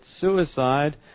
suicide